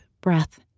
breath